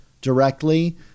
directly